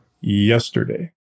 yesterday